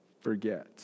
forget